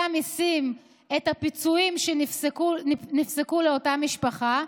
המיסים את הפיצויים שנפסקו לאותה משפחה,